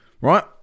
Right